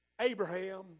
Abraham